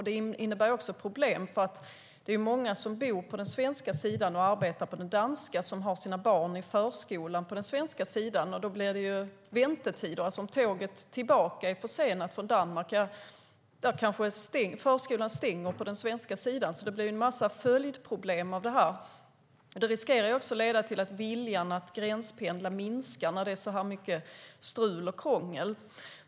Det innebär också andra problem. Det är många som bor på den svenska sidan och arbetar på den danska som har sina barn i förskolan på den svenska sidan. Då blir det väntetider. Om tåget tillbaka är försenat från Danmark kanske förskolan stänger på den svenska sidan. Det blir en massa följdproblem av det här. Det riskerar också att leda till att viljan att gränspendla minskar när det är så här mycket strul och krångel.